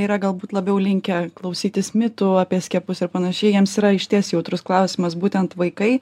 yra galbūt labiau linkę klausytis mitų apie skiepus ir panašiai jiems yra išties jautrus klausimas būtent vaikai